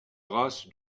race